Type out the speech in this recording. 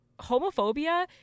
Homophobia